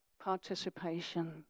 participation